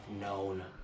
known